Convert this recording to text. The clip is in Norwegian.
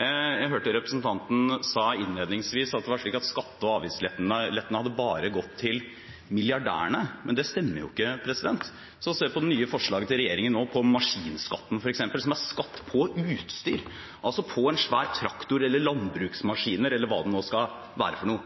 Jeg hørte representanten si innledningsvis at skatte- og avgiftslettelsene bare hadde gått til milliardærene, men det stemmer ikke. Se f.eks. på det nye forslaget til regjeringen om maskinskatten, som er skatt på utstyr – altså på en svær traktor, på landbruksmaskiner eller hva det skal være.